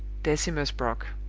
decimus brock.